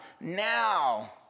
Now